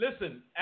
Listen